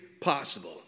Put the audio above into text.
possible